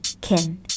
Kin